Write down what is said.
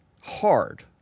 hard